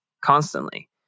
constantly